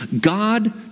God